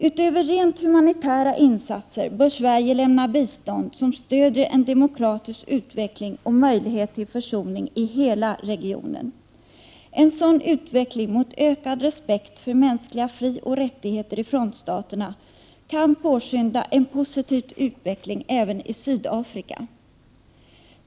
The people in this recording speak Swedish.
Utöver rent humanitära insatser bör Sverige lämna bistånd som stöder en demokratisk utveckling och möjlighet till försoning i hela regionen. En sådan utveckling mot ökad respekt för mänskliga frioch rättigheter i frontstaterna kan påskynda en positiv utveckling även i Sydafrika.